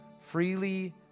Freely